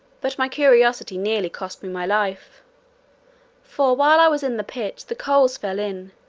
but my curiosity nearly cost me my life for while i was in the pit the coals fell in,